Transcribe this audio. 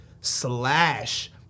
slash